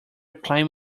claim